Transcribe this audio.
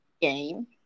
Game